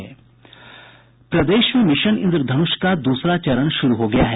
प्रदेश में मिशन इंद्रधनुष का दूसरा चरण शुरू हो गया है